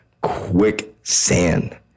quicksand